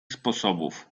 sposobów